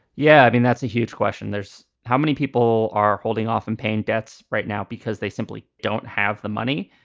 yeah, i mean, that's a huge question, there's how many people are holding off on and paying debts right now because they simply don't have the money?